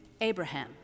Abraham